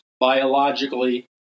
biologically